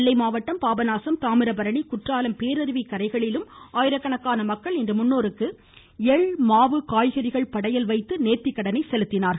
நெல்லை மாவட்டம் பாபநாசம் தாமிரபரணி குற்றாலம் பேரருவி கரையிலும் ஆயிரக்கணக்கானோர் இன்று முன்னோர்களுக்கு எள் மாவு காய்கறிகள் படையல் வைத்து நேர்த்திக்கடன் செலுத்தினர்